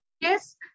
Yes